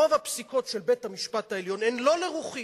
רוב הפסיקות של בית-המשפט העליון הן לא לרוחי.